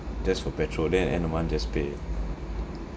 just for petrol then at the end of the month just pay